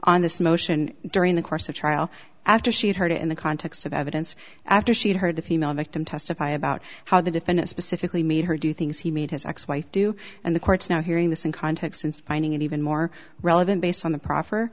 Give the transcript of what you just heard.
this motion during the course of trial after she had heard it in the context of evidence after she heard the female victim testify about how the defendant specifically made her do things he made his ex wife do and the courts now hearing this in context since finding it even more relevant based on the pro